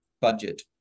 budget